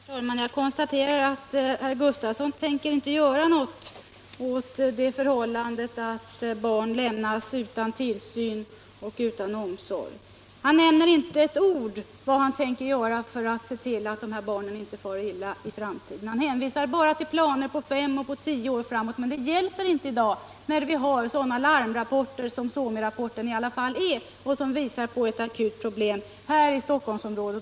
Herr talman! Jag konstaterar att herr Gustavsson inte tänker göra något åt det förhållandet att barn lämnas utan tillsyn och utan omsorg. Han säger inte ett ord om vad han tänker göra för att se till att dessa barn inte far illa i framtiden. Han hänvisar bara till planer för fem och tio år framåt, men det hjälper inte i dag, när vi har sådana larmrapporter som SOMI-rapporten i alla fall är och som visar på ett akut problem här i Stockholmsområdet.